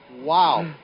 Wow